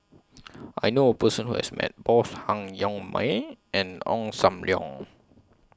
I knew A Person Who has Met Both Han Yong May and Ong SAM Leong